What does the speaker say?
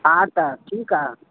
हा त ठीकु आहे